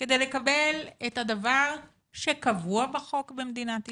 כדי לקבל את הדבר שקבוע בחוק במדינת ישראל.